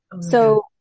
So-